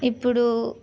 ఇప్పుడు